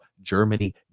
Germany